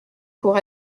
pour